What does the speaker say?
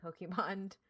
Pokemon